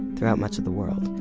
throughout much of the world.